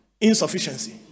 insufficiency